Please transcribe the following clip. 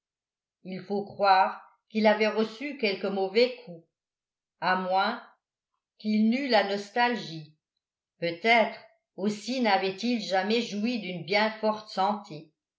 il faut croire qu'il avait reçu quelque mauvais coup a moins qu'il n'eût la nostalgie peut-être aussi n'avait-il jamais joui d'une bien forte